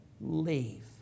leave